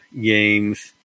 games